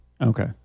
okay